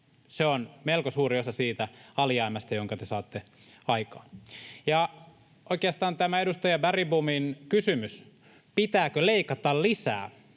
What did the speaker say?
on melko suuri osa siitä alijäämästä, jonka te saatte aikaan. Oikeastaan tämä edustaja Bergbomin kysymys, pitääkö leikata lisää,